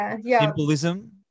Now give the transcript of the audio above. symbolism